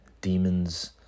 demons